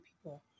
people